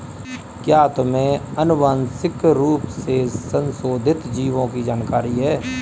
क्या तुम्हें आनुवंशिक रूप से संशोधित जीवों की जानकारी है?